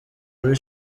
muri